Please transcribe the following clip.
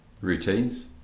routines